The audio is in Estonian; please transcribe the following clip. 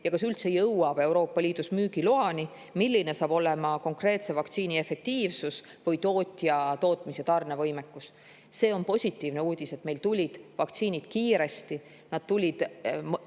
ja kas üldse jõuab Euroopa Liidus müügiloani, milline saab olema konkreetse vaktsiini efektiivsus või tootja tootmis- ja tarnevõimekus. See on positiivne uudis, et vaktsiinid tulid kiiresti, nad tulid